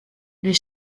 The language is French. les